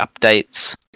updates